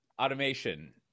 automation